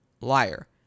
liar